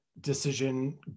decision